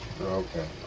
Okay